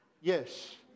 Yes